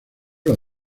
los